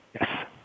Yes